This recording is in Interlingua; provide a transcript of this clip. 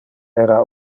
era